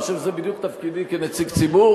אני חושב שזה בדיוק תפקידי כנציג ציבור.